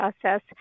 process